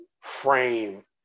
frame